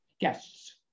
guests